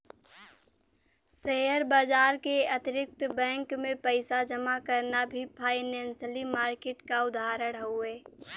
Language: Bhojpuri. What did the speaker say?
शेयर बाजार के अतिरिक्त बैंक में पइसा जमा करना भी फाइनेंसियल मार्किट क उदाहरण हउवे